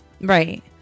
Right